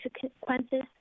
consequences